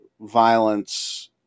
violence